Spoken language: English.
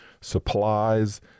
supplies